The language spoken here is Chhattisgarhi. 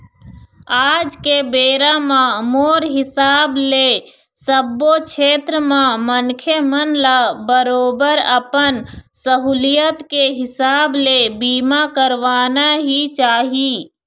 आज के बेरा म मोर हिसाब ले सब्बो छेत्र म मनखे मन ल बरोबर अपन सहूलियत के हिसाब ले बीमा करवाना ही चाही